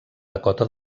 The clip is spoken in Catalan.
dakota